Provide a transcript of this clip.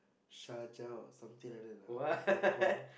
Shaja or something like that lah dot com